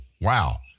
wow